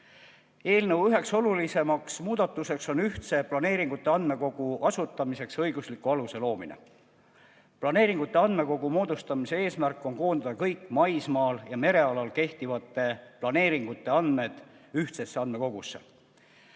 Üks olulisimaid muudatusi on ühtse planeeringute andmekogu asutamiseks õigusliku aluse loomine. Planeeringute andmekogu moodustamise eesmärk on koondada kõik maismaal ja merealal kehtivate planeeringute andmed ühtsesse andmekogusse.